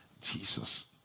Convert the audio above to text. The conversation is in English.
Jesus